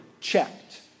checked